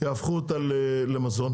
יהפכו אותה למזון?